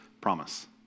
promise